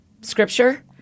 scripture